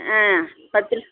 ஆ பத்து லி